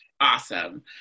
Awesome